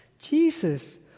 Jesus